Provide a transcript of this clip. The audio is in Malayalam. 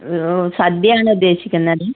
സദ്യയാണ് ഉദ്ദേശിക്കുന്നത്